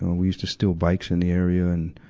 we used to steal bikes in the area and,